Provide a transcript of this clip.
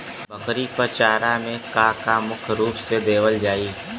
बकरी क चारा में का का मुख्य रूप से देहल जाई?